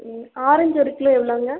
ம் ஆரஞ்சு ஒரு கிலோ எவ்வளோங்க